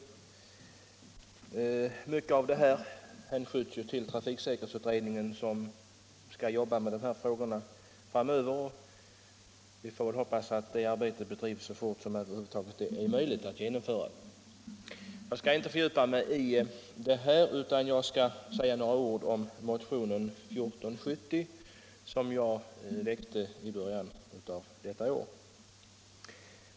Beträffande åtskilliga av dem hänvisar utskottet till att trafiksäkerhetsutredningen skall jobba med dessa frågor framöver, och vi får hoppas att det arbetet bedrivs så snabbt som det över huvud taget är möjligt. Jag skall inte fördjupa mig i detta utan säga några ord om motionen 1470 som jag väckte i början av detta år.